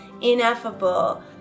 ineffable